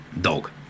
dog